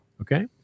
Okay